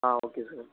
ah okay sir